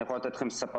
אני יכול לתת לכם ספרים,